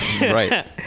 Right